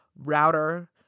router